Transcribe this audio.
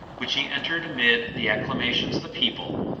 which he entered amid the acclamations of the people,